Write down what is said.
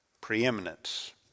Preeminence